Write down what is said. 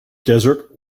desert